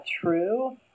true